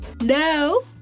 No